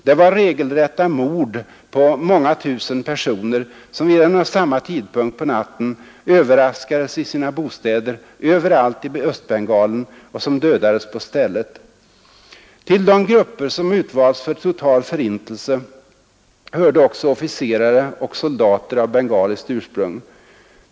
Det var regelrätta mord på många tusen personer som vid en och samma tidpunkt på natten överraskades i sina bostäder överallt i Östbengalen och som dödades på stället. Till de grupper som utvalts för total förintelse hörde också officerare och soldater av bengaliskt ursprung.